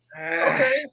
okay